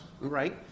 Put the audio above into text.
right